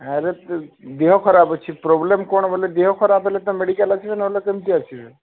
ଆରେ ଦେହ ଖରାପ ଅଛି ପ୍ରୋବ୍ଲେମ୍ କ'ଣ ବୋଇଲେ ଦେହ ଖରାପ ହେଲେ ତ ମେଡ଼ିକାଲ ଆସିବେ ନହେଲେ କେମିତି ଆସିବେ